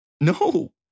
No